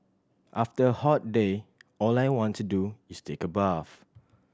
after a hot day all I want to do is take a bath